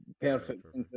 Perfect